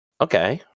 Okay